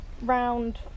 round